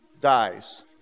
dies